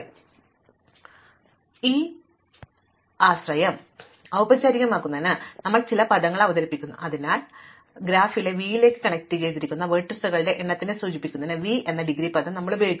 അതിനാൽ ഈ ആശയം ഔപചാരികമാക്കുന്നതിന് ഞങ്ങൾ ചില പദങ്ങൾ അവതരിപ്പിക്കുന്നു അതിനാൽ ഒരു വഴിതിരിച്ചുവിടാത്ത ഗ്രാഫിനായി v ലേക്ക് കണക്റ്റുചെയ്തിരിക്കുന്ന ലംബങ്ങളുടെ എണ്ണത്തെ സൂചിപ്പിക്കുന്നതിന് v എന്ന ഡിഗ്രി എന്ന പദം ഞങ്ങൾ ഉപയോഗിക്കുന്നു